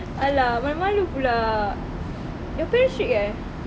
!alah! malu malu pulak your parents strict eh